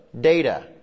data